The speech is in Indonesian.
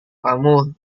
kamu